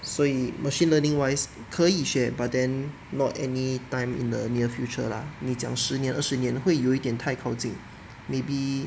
所以 machine learning wise 可以学 but then not anytime in the near future lah 你讲十年二十年会有一点太靠近 maybe